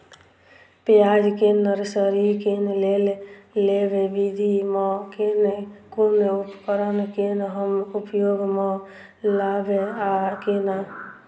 प्याज केँ नर्सरी केँ लेल लेव विधि म केँ कुन उपकरण केँ हम उपयोग म लाब आ केना?